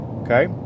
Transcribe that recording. okay